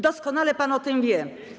Doskonale pan o tym wie.